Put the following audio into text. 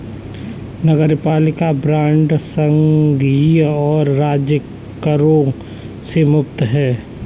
नगरपालिका बांड संघीय और राज्य करों से मुक्त हैं